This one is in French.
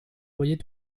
loyers